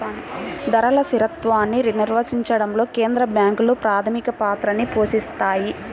ధరల స్థిరత్వాన్ని నిర్వహించడంలో కేంద్ర బ్యాంకులు ప్రాథమిక పాత్రని పోషిత్తాయి